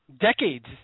decades